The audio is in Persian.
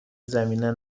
زمینه